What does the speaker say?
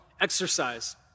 Exercise